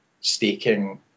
staking